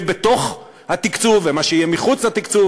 בתוך התקצוב ומה שיהיה מחוץ לתקצוב,